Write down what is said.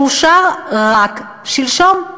שאושר רק שלשום,